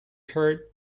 heard